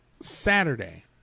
Saturday